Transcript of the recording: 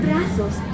Brazos